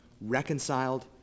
Reconciled